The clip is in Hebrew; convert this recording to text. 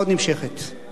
על-פי הצעת ועדת